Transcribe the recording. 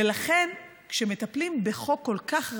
ולכן כשמטפלים בחוק כל כך רגיש,